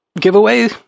giveaway